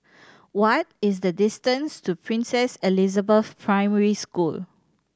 what is the distance to Princess Elizabeth Primary School